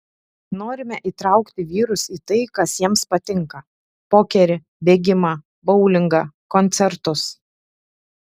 norime įtraukti vyrus į tai kas jiems patinka pokerį bėgimą boulingą koncertus